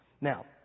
Now